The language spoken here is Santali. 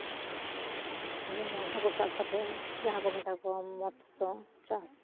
ᱡᱮᱢᱚᱱ ᱦᱟᱹᱠᱩ ᱥᱟᱵ ᱠᱟᱛᱮ ᱡᱟᱦᱟᱸ ᱠᱚ ᱢᱮᱛᱟ ᱠᱚᱣᱟ ᱢᱚᱛᱥᱚ ᱪᱟᱥ